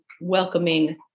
welcoming